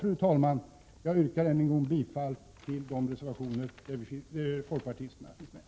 Fru talman! Jag yrkar än en gång bifall till de reservationer där folkpartiet finns med.